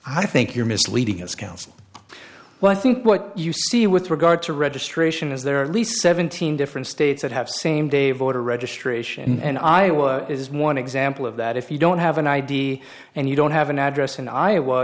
i think you're misleading us counsel well i think what you see with regard to registration is there are at least seventeen different states that have same day voter registration and iowa is one example of that if you don't have an id and you don't have an address in iowa